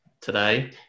today